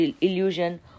illusion